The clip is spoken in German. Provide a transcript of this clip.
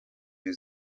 wir